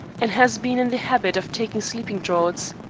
and has been in the habit of taking sleeping-draughts.